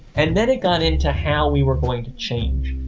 and then it got into how we were going to change.